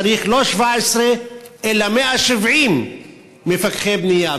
צריך לא 17 אלא 170 מפקחי בנייה,